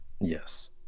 yes